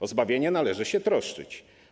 O zbawienie należy się troszczyć.